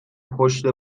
پشت